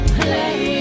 play